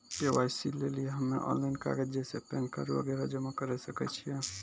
KYC लेली हम्मय online कागज जैसे पैन कार्ड वगैरह जमा करें सके छियै?